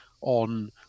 on